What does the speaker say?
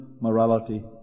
morality